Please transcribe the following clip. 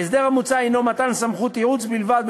ההסדר המוצע הוא מתן סמכות ייעוץ בלבד,